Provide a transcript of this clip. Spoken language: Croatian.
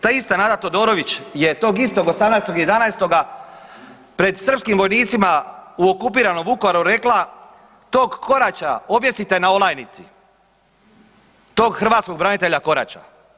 Ta ista Nada Todorović je tog istog 18.11. pred srpskim vojnicima u okupiranom Vukovaru rekla tog Korača objesite na olajnici, tog hrvatskog branitelja Korača.